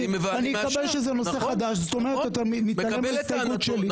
אתה מתעלם מההסתייגות שלי.